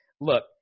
look